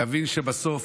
להבין שבסוף